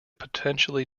potentially